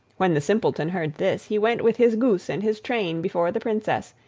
when the simpleton heard this he went with his goose and his train before the princess,